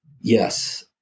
Yes